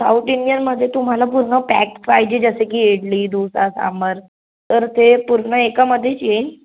South इंडियनमध्ये तुम्हाला पूर्ण पॅक पाहिजे जसं की इडली दोसा सांबार तर ते पूर्ण एकामधेच येईन